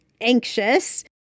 anxious